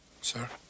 Sir